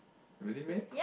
really meh